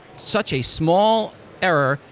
such a small error.